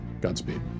Godspeed